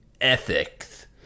ethics